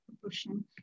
proportion